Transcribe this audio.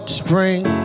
spring